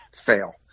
fail